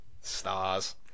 stars